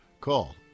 Call